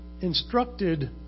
instructed